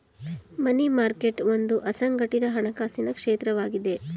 ಮನಿ market ಒಂದು ಅಸಂಘಟಿತ ಹಣಕಾಸಿನ ಕ್ಷೇತ್ರವಾಗಿದೆ